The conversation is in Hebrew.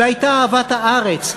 והייתה אהבת הארץ,